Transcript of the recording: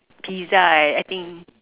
pizza I I think